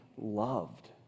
loved